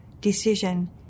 decision